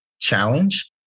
challenge